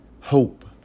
hope